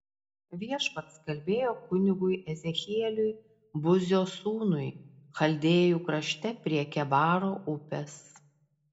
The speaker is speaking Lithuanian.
viešpats kalbėjo kunigui ezechieliui buzio sūnui chaldėjų krašte prie kebaro upės